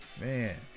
man